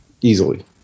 Easily